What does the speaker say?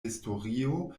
historio